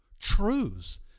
truths